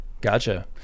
Gotcha